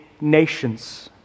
nations